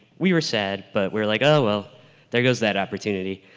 we were sad but we're like oh well there goes that opportunity.